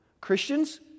christians